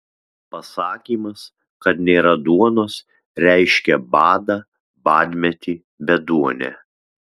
pasakymas kad nėra duonos reiškė badą badmetį beduonę